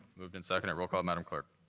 moved and seconded. roll call, madam clerk.